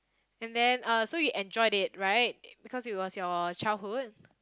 and then uh so you enjoyed it right because it was your childhood